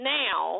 now